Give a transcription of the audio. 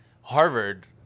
harvard